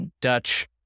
Dutch